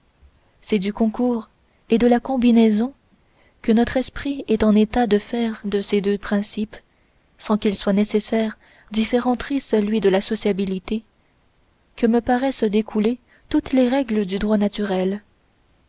c'est du concours et de la combinaison que notre esprit est en état de faire de ces deux principes sans qu'il soit nécessaire d'y faire entrer celui de la sociabilité que me paraissent découler toutes les règles du droit naturel